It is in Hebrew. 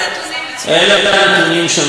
אלה הנתונים שהמשרד פרסם,